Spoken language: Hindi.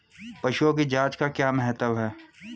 पशुओं की जांच का क्या महत्व है?